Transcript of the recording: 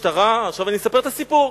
עכשיו אני אספר את הסיפור.